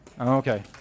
Okay